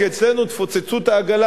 כי אצלנו תפוצצו את העגלה.